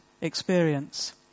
experience